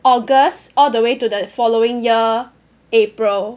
August all the way to the following year April